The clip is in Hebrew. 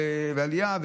עלייה.